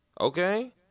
Okay